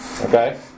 Okay